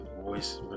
voice